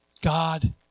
God